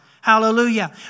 Hallelujah